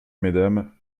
mesdames